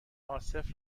عاصف